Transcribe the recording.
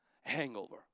hangover